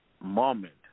moment